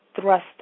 thrust